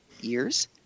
Years